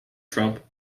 trump